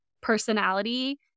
Personality